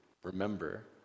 Remember